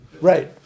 Right